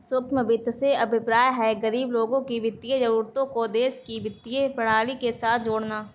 सूक्ष्म वित्त से अभिप्राय है, गरीब लोगों की वित्तीय जरूरतों को देश की वित्तीय प्रणाली के साथ जोड़ना